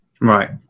Right